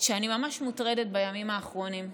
שאני ממש מוטרדת בימים האחרונים.